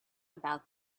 about